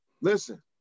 Listen